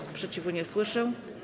Sprzeciwu nie słyszę.